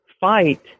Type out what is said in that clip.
fight